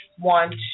Want